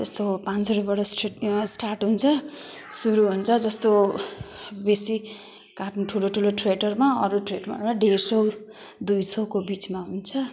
त्यस्तो पाँच सौ रुपियाँबाट स्ट स्टार्ट हुन्छ सुरु हुन्छ जस्तो बेसी काट्नु ठुलो ठुलो थिएटरमा अरू थिएटरमा डेढ सौ दुई सौको बिचमा हुन्छ